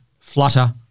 flutter